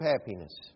happiness